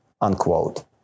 unquote